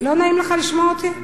לא נעים לך לשמוע אותי?